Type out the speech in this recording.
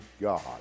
God